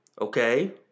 okay